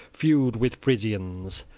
feud with frisians.